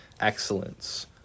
excellence